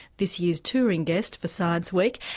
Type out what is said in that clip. this year's touring guest for science week.